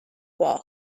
wall